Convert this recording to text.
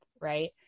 right